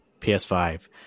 PS5